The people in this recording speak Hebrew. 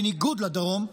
בניגוד לדרום,